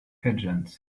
pigeons